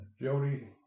Jody